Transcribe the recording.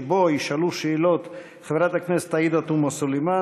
שבו ישאלו שאלות חברת הכנסת עאידה תומא סלימאן,